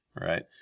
Right